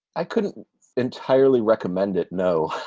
i couldn't entirely recommend it. no,